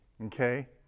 Okay